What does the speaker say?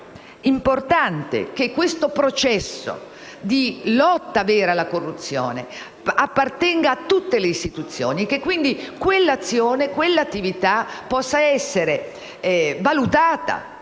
È importante che il processo di lotta vera alla corruzione appartenga a tutte le istituzioni e, quindi, quell'azione possa essere valutata,